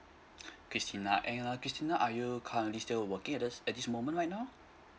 christina and uh christina are you currently still working at this at this moment right now